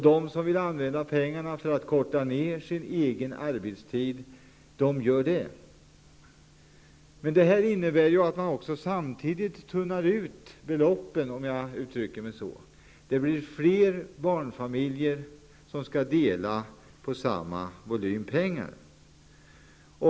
De som vill använda pengarna för att korta ner sin egen arbetstid gör det. Det innebär att man samtidigt så att säga tunnar ut beloppen. Det blir fler barnfamiljer som skall dela på samma volym pengar.